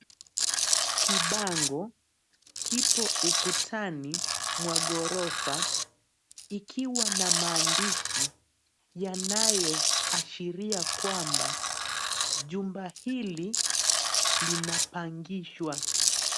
Kibango kipo ukutani mwa ghorofa ikiwa na maandishi yanayoashiria kwamba jumba hili linapangishwa.